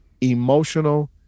emotional